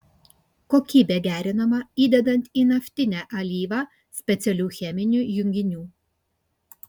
kokybė gerinama įdedant į naftinę alyvą specialių cheminių junginių